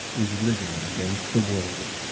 is risen against the world.